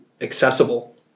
accessible